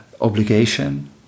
obligation